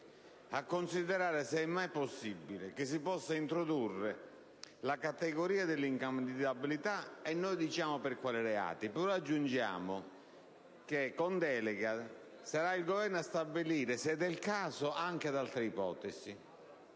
a considerare se è mai possibile che si introduca la categoria della incandidabilità, precisando per quali reati ma aggiungendo che, con delega, sarà il Governo a stabilire «se del caso» anche altre ipotesi